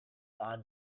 are